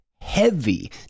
heavy